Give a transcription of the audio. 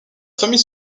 famille